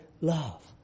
love